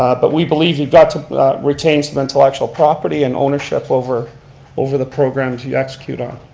but we believe you've got to retain some intellectual property and ownership over over the programs you execute on.